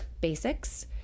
basics